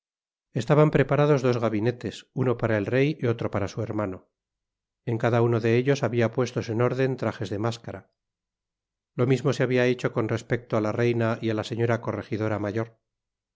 estaban preparados dos gabinetes uno para el rey y otro para su hermano en cada uno de ellos habia puestos en órden trajes de máscara lo mismo se habia hecho con respeto á la reina y á la señora correjidora mayor